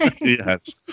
Yes